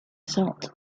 assault